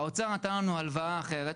האוצר נתן לנו הלוואה אחרת,